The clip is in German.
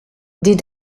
die